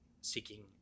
seeking